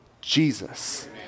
Jesus